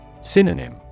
Synonym